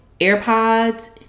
AirPods